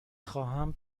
خواهم